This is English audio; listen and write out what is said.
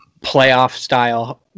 playoff-style